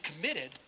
committed